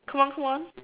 come on come on